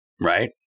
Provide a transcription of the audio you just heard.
right